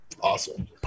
awesome